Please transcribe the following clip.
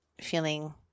feeling